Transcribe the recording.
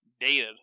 dated